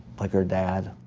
like her dad?